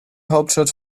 hauptstadt